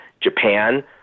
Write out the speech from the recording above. Japan